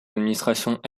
administrations